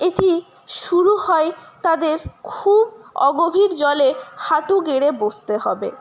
এটি শুরু হয় তাদের খুব অগভীর জলে হাঁটু গেড়ে বসতে হবে